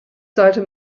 sollte